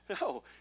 no